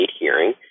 hearing